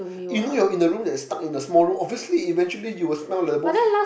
you know you're in the room stuck in the small room obviously eventually you will smell like a ball of